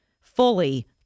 fully